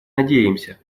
надеемся